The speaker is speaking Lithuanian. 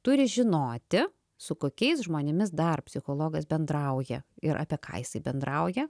turi žinoti su kokiais žmonėmis dar psichologas bendrauja ir apie ką jisai bendrauja